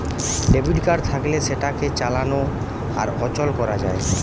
debit card থাকলে সেটাকে চালানো আর অচল করা যায়